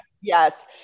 Yes